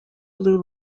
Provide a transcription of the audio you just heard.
blue